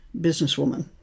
businesswoman